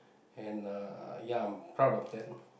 and uh ya I'm proud of that